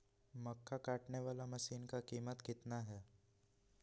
मक्का कटने बाला मसीन का कीमत कितना है?